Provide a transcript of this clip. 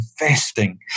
investing